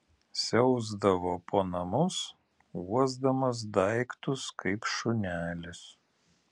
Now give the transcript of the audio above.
siausdavo po namus uosdamas daiktus kaip šunelis